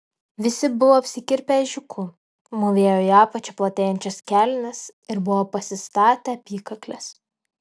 visi buvo apsikirpę ežiuku mūvėjo į apačią platėjančias kelnes ir buvo pasistatę apykakles